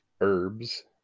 herbs